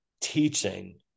teaching